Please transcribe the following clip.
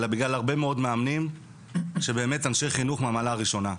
אלא בגלל הרבה מאוד מאמנים שהם אנשי חינוך מהמעלה הראשונה.